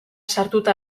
sartuta